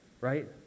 right